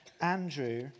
Andrew